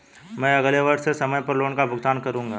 मैं अगले वर्ष से समय पर लोन का भुगतान करूंगा